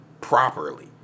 properly